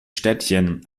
städtchen